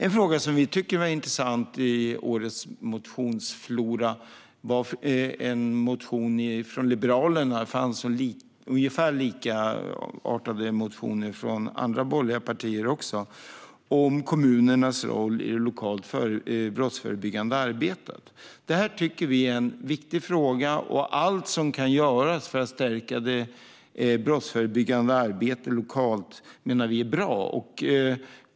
En fråga som vi tycker var intressant i årets motionsflora tas upp i en motion från Liberalerna om kommunernas roll i det lokala brottsförebyggande arbetet. Det fanns likartade motioner även från andra borgerliga partier. Det tycker vi är en viktig fråga. Allt som kan göras för att stärka det brottsförebyggande arbetet lokalt menar vi är bra.